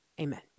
Amen